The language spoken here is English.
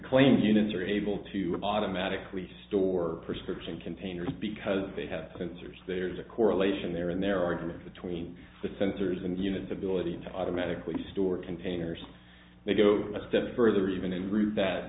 claims unions are able to automatically store prescription containers because they have sensors there's a correlation there in their argument between the sensors and units ability to automatically store containers they go to a step further even